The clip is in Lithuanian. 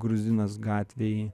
gruzinas gatvėj